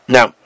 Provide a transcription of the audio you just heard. Now